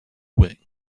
wing